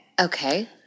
Okay